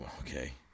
okay